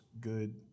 good